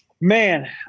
Man